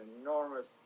enormous